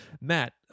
Matt